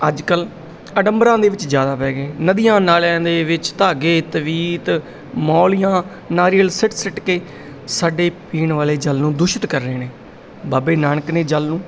ਅੱਜ ਕਲ੍ਹ ਅਡੰਬਰਾਂ ਦੇ ਵਿੱਚ ਜ਼ਿਆਦਾ ਪੈ ਗਏ ਨਦੀਆਂ ਨਾਲਿਆਂ ਦੇ ਵਿੱਚ ਧਾਗੇ ਤਵੀਤ ਮੌਲੀਆਂ ਨਾਰੀਅਲ ਸਿੱਟ ਸਿਟ ਕੇ ਸਾਡੇ ਪੀਣ ਵਾਲੇ ਜਲ ਨੂੰ ਦੂਸ਼ਿਤ ਕਰ ਰਹੇ ਨੇ ਬਾਬੇ ਨਾਨਕ ਨੇ ਜਲ ਨੂੰ